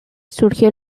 surgió